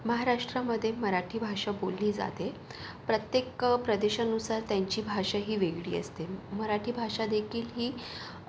महाराष्ट्रामध्ये मराठी भाषा बोलली जाते प्रत्येक प्रदेशानुसार त्यांची भाषा ही वेगळी असते मराठी भाषा देखील ही